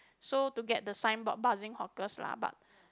so to get the signboard Buzzing Hawkers lah but